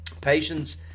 Patience